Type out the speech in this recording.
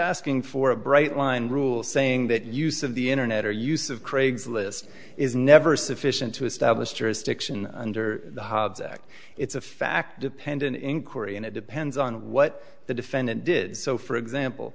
asking for a bright line rule saying that use of the internet or use of craig's list is never sufficient to a stab stiction under the hobbs act it's a fact dependent inquiry and it depends on what the defendant did so for example